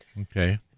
Okay